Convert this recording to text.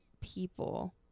people